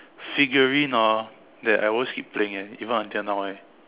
figurine orh that I always keep playing eh even until now eh